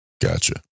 gotcha